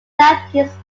southeast